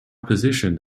positioned